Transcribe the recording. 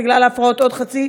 בגלל ההפרעות עוד חצי,